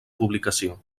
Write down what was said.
publicació